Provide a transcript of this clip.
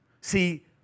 See